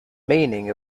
meaning